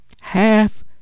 half